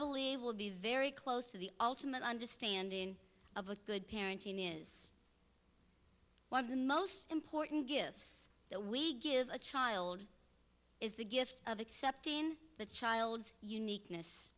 believe will be very close to the ultimate understanding of a good parenting is one of the most important gifts that we give a child is the gift of accepting the child's uniqueness